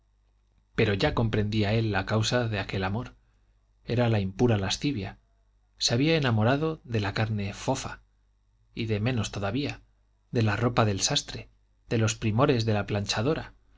pero ya comprendía él la causa de aquel amor era la impura lascivia se había enamorado de la carne fofa y de menos todavía de la ropa del sastre de los primores de la planchadora